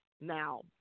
Now